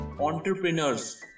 entrepreneurs